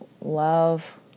love